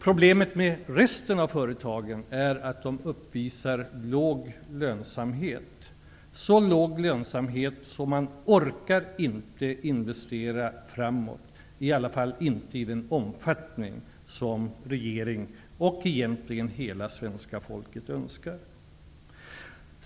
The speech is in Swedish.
Problemen med resten av företagen är att de uppvisar låg lönsamhet. De har så låg lönsamhet att man inte orkar investera för framtiden -- i alla fall inte i den omfattning som regeringen och egentligen hela det svenska folket önskar.